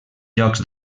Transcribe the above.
jocs